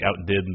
outdid